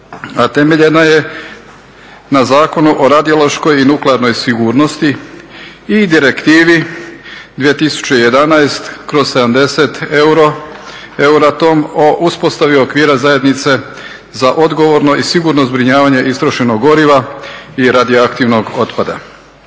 a temeljena je na Zakonu o radiološkoj i nuklearnoj sigurnosti i direktivi 2011/70 … o uspostavi okvira zajednice za odgovorno i sigurno zbrinjavanje istrošenog goriva i radioaktivnog otpada.